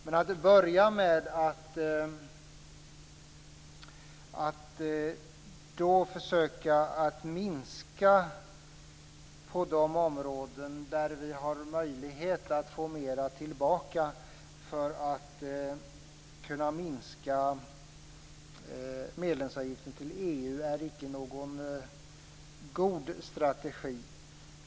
Men att då börja med att försöka minska på de områden där vi har möjlighet att få mera tillbaka för att kunna minska medlemsavgiften till EU är icke någon god strategi.